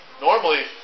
Normally